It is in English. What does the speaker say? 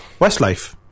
Westlife